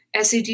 SED